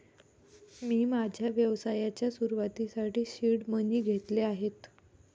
मी माझ्या व्यवसायाच्या सुरुवातीसाठी सीड मनी घेतले आहेत